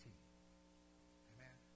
Amen